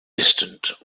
distant